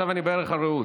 ועכשיו אני בערך הרעות.